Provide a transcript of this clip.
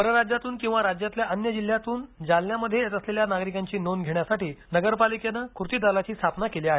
परराज्यातून किंवा राज्यातल्या अन्य जिल्ह्यातून जालन्यामध्ये येत असलेल्या नागरिकांची नोंद घेण्यासाठी नगरपालिकेनं कृती दलाची रूथापना केली आहे